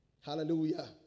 Hallelujah